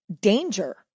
danger